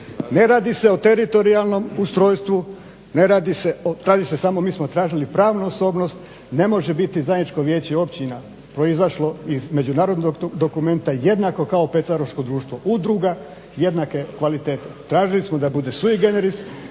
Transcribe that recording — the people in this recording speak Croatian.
Ne radi se o teritorijalnom ustrojstvu, radi se samo, mi smo tražili pravnu osobnost, ne može biti zajedničko vijeće općina proizašlo iz međunarodnog dokumenta jednako kao pecaroško društvo udruga jednake kvalitete. Tražili smo da bude sui generis